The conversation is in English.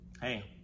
hey